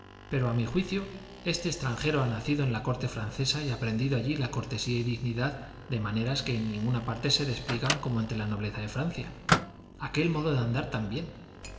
pero a mi juicio este extranjero ha nacido en la corte francesa y aprendido allí la cortesanía y dignidad de maneras que en ninguna parte se despliegan como entre la nobleza de francia aquel modo de andar también